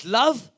love